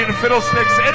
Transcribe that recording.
fiddlesticks